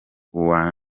uwa